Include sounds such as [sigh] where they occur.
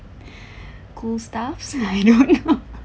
[breath] cool stuff [laughs] I don't know